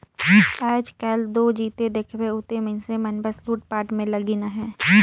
आएज काएल दो जिते देखबे उते मइनसे मन बस लूटपाट में लगिन अहे